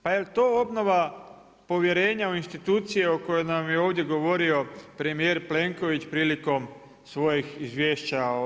Pa jel to obnova povjerenje u institucije o kojoj nam je ovdje govorio premijer Plenković prilikom svojih izvješća o EU?